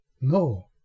no